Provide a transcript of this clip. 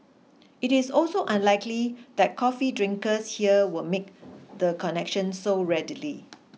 it is also unlikely that coffee drinkers here will make the connection so readily